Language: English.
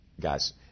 guys